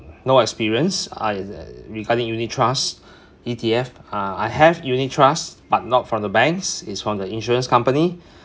no experience uh regarding unit trust E_T_F uh I have unit trust but not from the banks it's from the insurance company